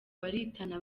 baritana